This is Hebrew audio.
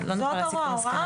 ההוראה